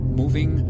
moving